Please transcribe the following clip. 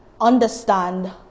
understand